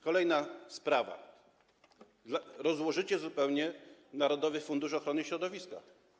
Kolejna sprawa - rozłożycie zupełnie narodowy fundusz ochrony środowiska.